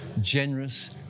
generous